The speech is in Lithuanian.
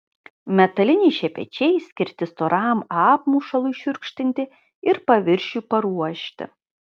metaliniai šepečiai skirti storam apmušalui šiurkštinti ir paviršiui paruošti